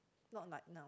not like now